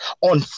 on